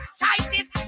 choices